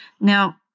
Now